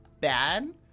bad